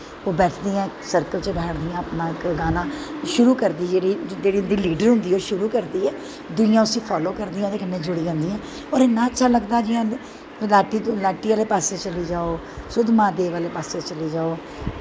ओह् बैठदियां सर्कल च बैठदियां अपना इक गाना शुरु करदी जेह्ड़ी उं'दी लीडर होंदी ऐ ओह् शुरु करदी ऐ दुइयां उस्सी फॉलो करदियां ओह्दे कन्नै जुड़ी जंदियां होर इन्ना अच्छा लगदा जि'यां कुदै लाट्टी आह्लै पास्सै चली जाओ सुद्दमादेव आह्लै पास्सै चली जाओ